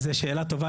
זו שאלה טובה.